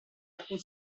alcun